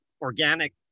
organic